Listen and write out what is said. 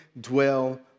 dwell